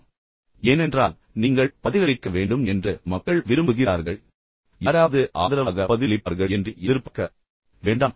தயாராக இருங்கள் ஏனென்றால் நீங்கள் பதிலளிக்க வேண்டும் என்று மக்கள் விரும்புகிறார்கள் குழுவில் இருந்து யாராவது உங்களுக்கு ஆதரவாக பதிலளிப்பார்கள் என்று எதிர்பார்க்க வேண்டாம்